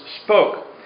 spoke